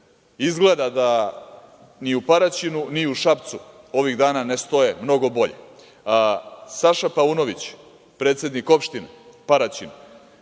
Izgleda da ni u Paraćinu, ni u Šapcu ovih dana ne stoje mnogo bolje. Saša Paunović, predsednik opštine Paraćin,